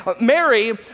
Mary